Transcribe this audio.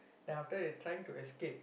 then after that they trying to escape